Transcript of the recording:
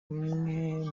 umwe